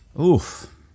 Oof